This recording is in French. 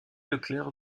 leclerc